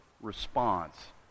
response